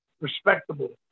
respectable